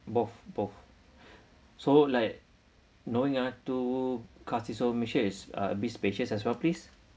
both both so like knowing ah two car seat so make sure it's ah a bit spacious as well please